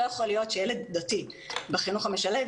לא יכול להיות שילד דתי בחינוך המשלב,